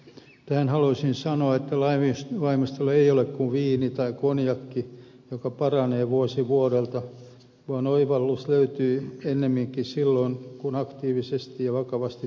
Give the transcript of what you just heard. tähän haluaisin sanoa että lainvalmistelu ei ole kuin viini tai konjakki joka paranee vuosi vuodelta vaan oivallus löytyy ennemminkin silloin kun aktiivisesti ja vakavasti pyritään ratkaisun löytämiseen